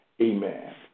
amen